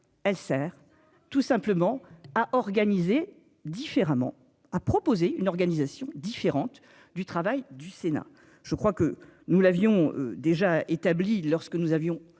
elle sert tout simplement à organiser différemment, a proposé une organisation différente du travail du Sénat. Je crois que nous l'avions déjà établi, lorsque nous avions